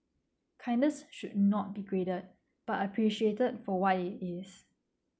kindness should not be graded but appreciated for what it is